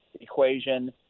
equation